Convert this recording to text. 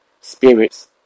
Spirits